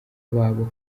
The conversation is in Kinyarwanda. babo